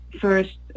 first